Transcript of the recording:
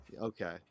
Okay